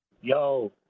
Yo